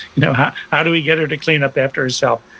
you know how how do we get her to clean up after herself,